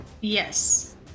yes